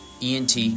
ENT